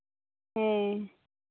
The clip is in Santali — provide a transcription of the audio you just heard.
ᱦᱮᱸ